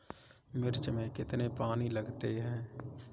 मिर्च में कितने पानी लगते हैं?